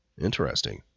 Interesting